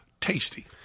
tasty